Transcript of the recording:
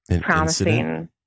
promising